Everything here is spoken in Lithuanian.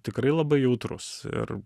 tikrai labai jautrus ir